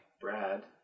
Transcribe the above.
Brad